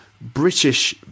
British